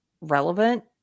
relevant